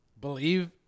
believe